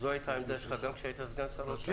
זאת הייתה העמדה שלך גם כשהיית סגן שר האוצר?